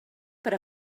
per